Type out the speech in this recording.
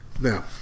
Now